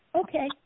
Okay